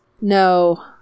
No